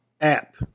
app